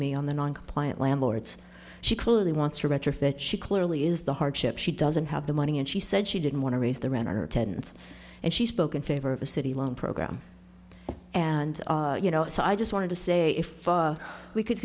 me on the non compliant landlords she clearly wants to retrofit she clearly is the hardship she doesn't have the money and she said she didn't want to raise the rent on our tenants and she spoke in favor of a city loan program and you know so i just wanted to say if we could